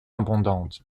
abondante